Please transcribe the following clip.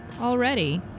already